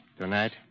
Tonight